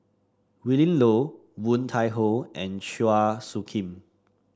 Willin Low Woon Tai Ho and Chua Soo Khim